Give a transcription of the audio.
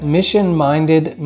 Mission-Minded